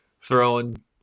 throwing